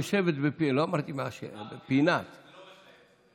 אמרתי יושבת, לא אמרתי מעשנת, בפינת,